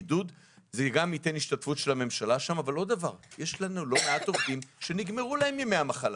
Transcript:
יש לנו לא מעט עובדים שנגמרו להם ימי המחלה,